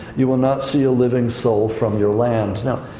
you will not see a living soul from your land. now,